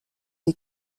des